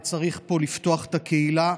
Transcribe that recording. וצריך פה לפתוח את הקהילה.